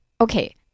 Okay